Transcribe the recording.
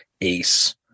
Ace